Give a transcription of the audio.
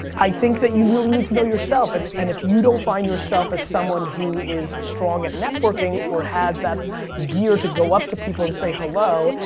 i think that you really need to know yourself, and and if you don't find yourself as someone who is strong at networking, or has that gear to go up to people and say hello,